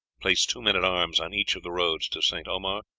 place two men-at-arms on each of the roads to st. omer,